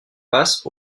passe